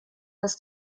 das